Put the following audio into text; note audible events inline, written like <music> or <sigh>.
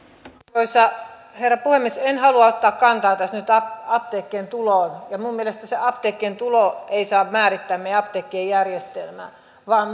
arvoisa herra puhemies en halua ottaa kantaa tässä nyt apteekkien tuloihin mielestäni se apteekkien tulo ei saa määrittää meidän apteekkiemme järjestelmää vaan <unintelligible>